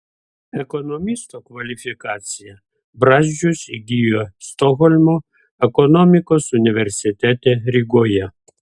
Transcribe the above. ekonomisto kvalifikaciją brazdžius įgijo stokholmo ekonomikos universitete rygoje